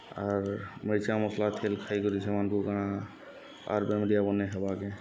ଆର୍ ମିର୍ଚା ମସ୍ଲା ତେଲ୍ ଖାଇକରି ସେମାନ୍କୁ କାଣା ଆର୍ ବେମ୍ରିଆ ବନେଇ ହେବା କେଁ